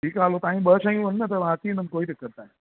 ठीकु आहे हलो तव्हांजी ॿ शयूं आहिनि त मां अची वेंदुमि कोई दिक़त न आहे